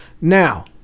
Now